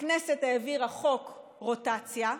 הכנסת העבירה חוק רוטציה,